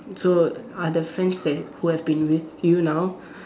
so are the friends that who have been with you now